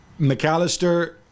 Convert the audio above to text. McAllister